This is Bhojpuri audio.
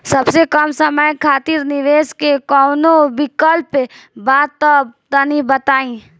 सबसे कम समय खातिर निवेश के कौनो विकल्प बा त तनि बताई?